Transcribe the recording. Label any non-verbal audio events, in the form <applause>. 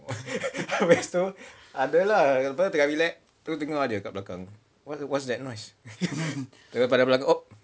<laughs> habis tu ada lah tengah rilek terus dengar ada kat belakang what what's that noise <laughs> jangan pandang belakang oh